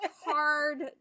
hard